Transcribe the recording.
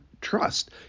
trust